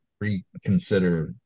reconsider